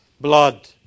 blood